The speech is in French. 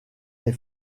les